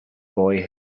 boy